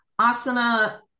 asana